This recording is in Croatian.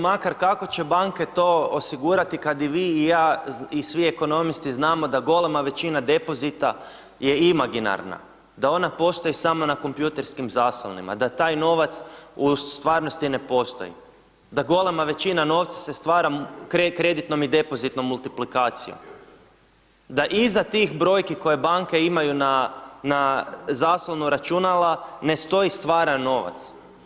Makar kako će banke to osigurati kad i vi i ja i svi ekonomisti znamo da golema većina depozita je imaginarna, da ona postoji samo na kompjutorskim zaslonima, da taj novac u stvarnosti ne postoji, da golema većina novca se stvara kreditnom i depozitnom multiplikacijom, da iza tih brojki koje banke imaju na zaslonu računa, ne stoji stvaran novac.